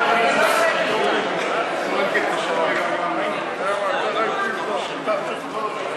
סעיפים 1 2 נתקבלו.